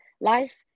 life